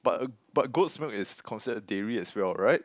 but but goat's milk is considered dairy as well right